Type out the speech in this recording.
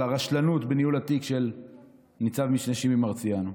הרשלנות בניהול התיק של ניצב משנה שימי מרציאנו.